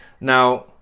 Now